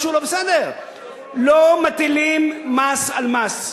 משהו לא בסדר: לא מטילים מס על מס,